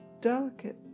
delicate